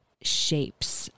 shapes